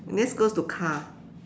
let's go to car